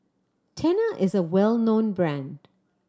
Tena is a well known brand